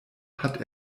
hat